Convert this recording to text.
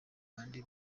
abandi